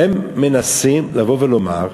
הם מנסים לבוא ולומר,